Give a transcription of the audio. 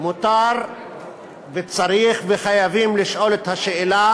מותר וצריך וחייבים לשאול את השאלה